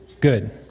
Good